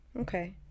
Okay